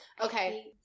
Okay